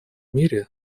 мире